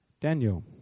Daniel